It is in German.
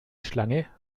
schlange